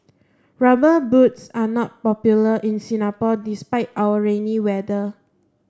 rubber boots are not popular in Singapore despite our rainy weather